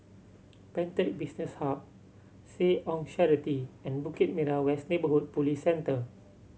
Pantech Business Hub Seh Ong Charity and Bukit Merah West Neighbourhood Police Centre